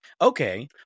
Okay